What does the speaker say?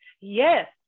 yes